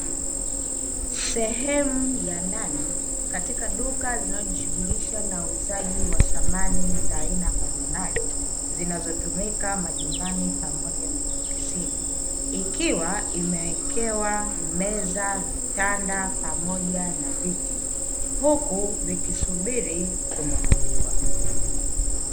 Sehemu ya ndani katika duka linalojushughulisha na uuzaji wa samani za aina mbalimbali zinazotumika majumbani pamoja na maofisini, ikiwa imewekewa meza, vitanda pamoja na viti huku vikisubiri kununuliwa.